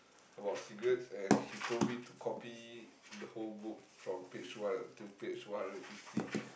about cigarettes and he told me to copy the whole book from page one until page one hundred fifty